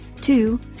Two